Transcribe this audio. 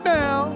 now